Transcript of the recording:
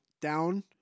down